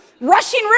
rushing